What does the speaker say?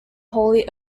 wholly